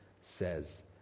says